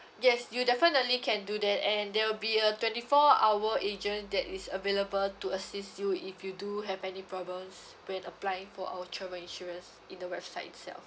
yes you definitely can do that and there will be a twenty four hour agent that is available to assist you if you do have any problems when applying for our travel insurance in the website itself